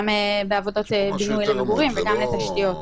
גם בעבודות בינוי למגורים וגם בתשתיות.